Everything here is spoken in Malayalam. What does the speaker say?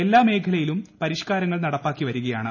എല്ലാ മേഖലയിലും പരിഷ്കാരങ്ങൾ നടപ്പാക്കി വരികയാണ്